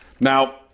Now